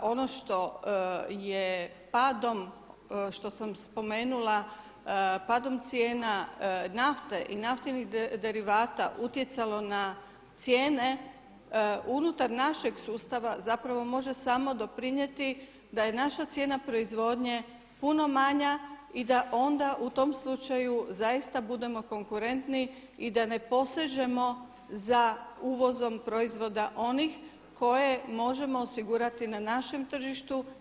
A ono što je padom, što sam spomenula padom cijena nafte i naftnih derivata utjecalo na cijene unutar našeg sustava zapravo može samo doprinijeti da je naša cijena proizvodnje puno manja i da onda u tom slučaju zaista budemo konkurentni i da ne posežemo za uvozom proizvoda onih koje možemo osigurati na našem tržištu.